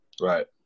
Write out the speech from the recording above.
Right